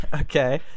Okay